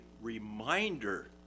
reminder